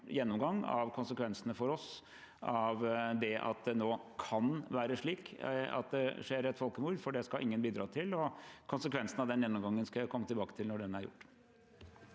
av konsekvensene for oss av at det nå kan være slik at det skjer et folkemord, for det skal ingen bidra til, og konsekvensene av den gjennomgangen skal jeg komme tilbake til når den er gjort.